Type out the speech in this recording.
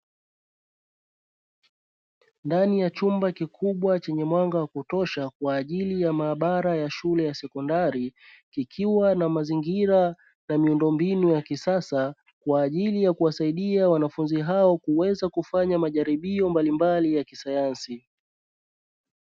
Ndani ya chumba kikubwa chenye mwanga wa kutosha kwa ajili ya maabara ya shule ya sekondari kikiwa na mazingira na miundombinu ya kisasa kwa ajili ya kuwasaidia wanafunzi hao kuweza kufanya majaribio mbalimbali ya kisayansi.